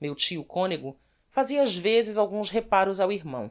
meu tio conego fazia ás vezes alguns reparos ao irmão